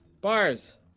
bars